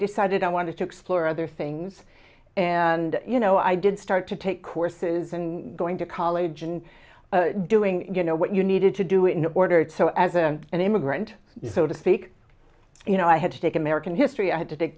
decided i wanted to explore other things and you know i did start to take courses and going to college and doing you know what you needed to do in order to so as a an immigrant so to speak you know i had to take american history i had to take